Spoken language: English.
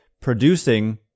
producing